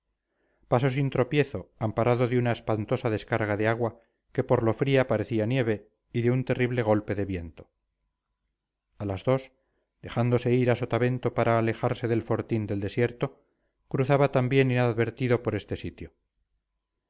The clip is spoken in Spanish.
pasó sin tropiezo amparado de una espantosa descarga de agua que por lo fría parecía nieve y de un terrible golpe de viento a las dos dejándose ir a sotavento para alejarse del fortín del desierto cruzaba también inadvertido por este sitio